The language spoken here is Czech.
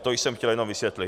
To jsem chtěl jenom vysvětlit.